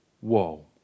Whoa